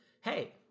Hey